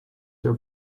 your